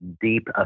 deep